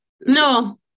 No